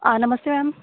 नमस्ते मैम